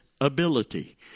ability